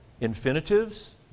infinitives